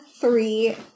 three